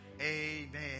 amen